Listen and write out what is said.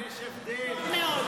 טוב מאוד.